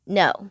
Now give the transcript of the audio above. no